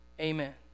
Amen